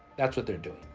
that's what they're doing.